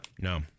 No